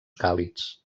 càlids